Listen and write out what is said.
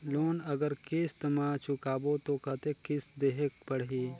Loan अगर किस्त म चुकाबो तो कतेक किस्त देहेक पढ़ही?